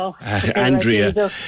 Andrea